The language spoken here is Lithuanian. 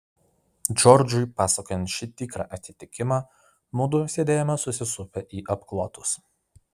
džordžui pasakojant šį tikrą atsitikimą mudu sėdėjome susisupę į apklotus